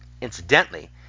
Incidentally